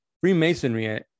Freemasonry